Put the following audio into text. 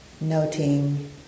Noting